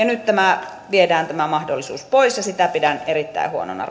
nyt tämä mahdollisuus viedään pois ja sitä pidän erittäin huonona